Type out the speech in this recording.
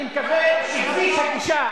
אני מקווה שכביש הגישה,